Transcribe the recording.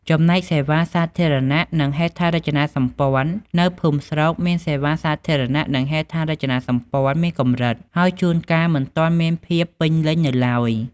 ចំណែក សេវាសាធារណៈ និងហេដ្ឋារចនាសម្ព័ន្ធ នៅភូមិស្រុកមាន សេវាសាធារណៈ និង ហេដ្ឋារចនាសម្ព័ន្ធ មានកម្រិត ហើយជួនកាលមិនទាន់មានភាពពេញលេញនៅឡើយ។